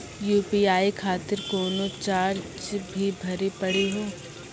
UPI खातिर कोनो charge भी भरी पड़ी हो?